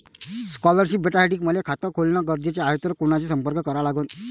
Scholarship भेटासाठी मले खात खोलने गरजेचे हाय तर कुणाशी संपर्क करा लागन?